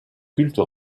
culte